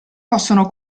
possono